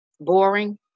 boring